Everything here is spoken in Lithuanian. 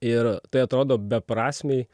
ir tai atrodo beprasmiai